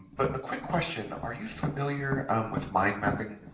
but a quick question are you familiar um with mind mapping